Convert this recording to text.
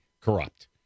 corrupt